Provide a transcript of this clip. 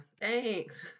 Thanks